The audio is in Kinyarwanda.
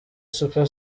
super